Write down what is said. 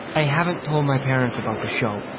i haven't told my parents about the show,